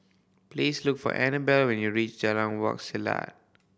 please look for Anabel when you reach Jalan Wak Selat